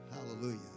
Hallelujah